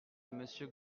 monsieur